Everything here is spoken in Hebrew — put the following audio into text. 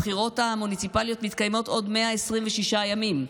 הבחירות המוניציפליות מתקיימות עוד 126 ימים,